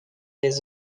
les